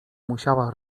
musiała